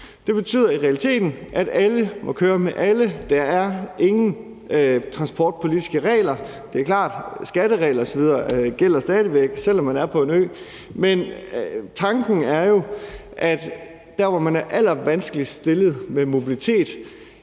Det betyder i realiteten, at alle må køre med alle. Der er ingen transportpolitiske regler. Det er klart, at skatteregler osv. stadig væk gælder, selv om man er på en ø, men der, hvor man er allervanskeligst stillet med mobilitet,